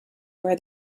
where